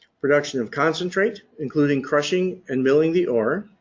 production of concentrate, including crushing and milling the ore.